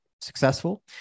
successful